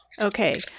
Okay